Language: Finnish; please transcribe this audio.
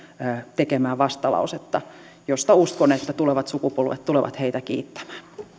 tekemää vastalausetta josta uskon että tulevat sukupolvet tulevat heitä kiittämään